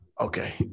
Okay